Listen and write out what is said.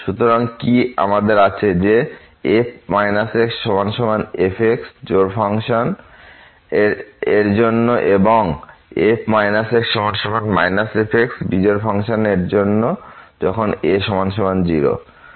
সুতরাং কি আমাদের আছে যে f xf জোড় ফাংশন এর জন্য এবংf x f বিজোড় ফাংশন এর জন্য যখন a 0